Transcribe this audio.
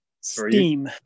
steam